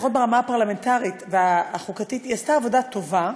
לפחות ברמה הפרלמנטרית והחוקתית היא עשתה עבודה טובה.